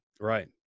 right